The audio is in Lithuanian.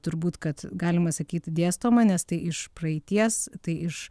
turbūt kad galima sakyt dėstoma nes tai iš praeities tai iš